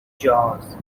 jaws